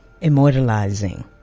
immortalizing